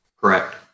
Correct